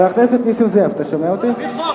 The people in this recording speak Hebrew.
חבר הכנסת נסים זאב, אתה שומע אותי?